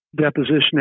deposition